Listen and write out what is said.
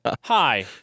Hi